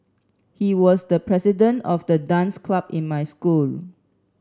he was the president of the dance club in my school